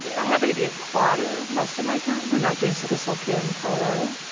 i happen to be a clotter, most of my time, when not doing sickle cell care in colorado.